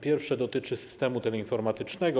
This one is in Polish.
Pierwsze dotyczy systemu teleinformatycznego.